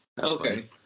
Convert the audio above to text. Okay